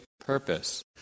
purpose